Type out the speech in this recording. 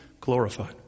glorified